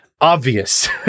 obvious